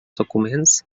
documents